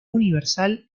universal